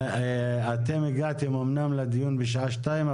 אתם הגעתם אמנם לדיון בשעה 14:00,